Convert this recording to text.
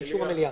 לאישור המליאה.